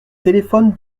téléphone